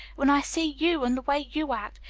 when i see you, and the way you act!